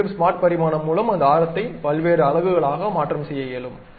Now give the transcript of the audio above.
மீண்டும் ஸ்மார்ட் பரிமாணம் மூலம் ஆரத்தை பல்வேறு அலகுகளாக மாற்றம் செய்ய இயலும்